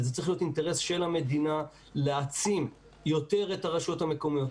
וזה צריך להיות אינטרס של המדינה להעצים יותר את הרשויות המקומיות,